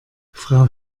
frau